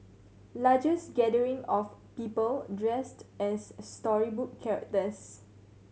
largest gathering of people dressed as storybook characters